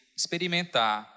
experimentar